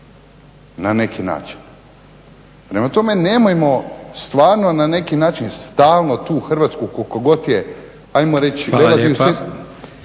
na neki način. Prema tome nemojmo na neki način stalno tu Hrvatsku koliko god je.